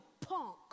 punk